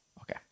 Okay